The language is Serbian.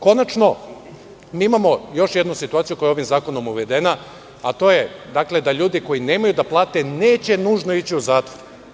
Konačno, imamo još jednu situaciju koja je ovim zakonom uvedena, a to je da ljudi koji nemaju da plate neće nužno ići u zatvor.